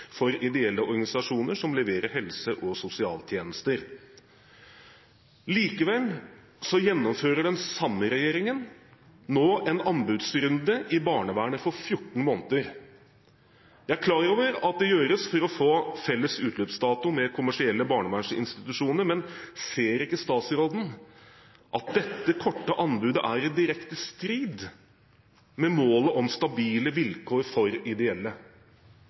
for ideelle organisasjoner som leverer helse- og sosialtjenester.» Likevel gjennomfører den samme regjeringen nå en anbudsrunde i barnevernet for 14 måneder. Jeg er klar over at det gjøres for å få felles utløpsdato med kommersielle barnevernsinstitusjoner, men ser ikke statsråden at dette korte anbudet er i direkte strid med målet om stabile vilkår for ideelle?